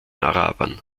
arabern